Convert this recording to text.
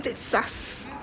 a bit sus